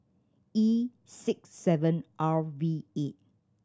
E six seven R V eight